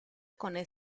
con